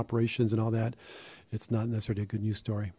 operations and all that it's not necessarily a good news story